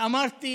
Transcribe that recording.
ואמרתי: